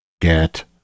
get